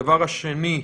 דבר שני,